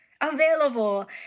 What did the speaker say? available